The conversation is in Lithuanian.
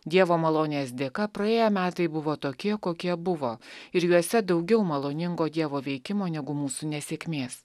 dievo malonės dėka praėję metai buvo tokie kokie buvo ir juose daugiau maloningo dievo veikimo negu mūsų nesėkmės